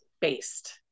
based